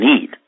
need